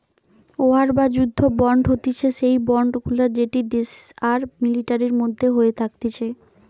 war বা যুদ্ধ bond হতিছে সেই বন্ড গুলা যেটি দেশ আর মিলিটারির মধ্যে হয়ে থাকতিছে